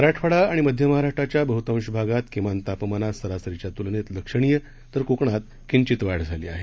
मराठवाडा आणि मध्य महाराष्ट्राच्या बहुंताश भागात किमान तापमानात सरसरीच्या तुलनेत लक्षणीय तर कोकणात किचिंत वाढ झाली आहे